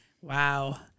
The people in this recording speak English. Wow